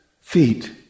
feet